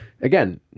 again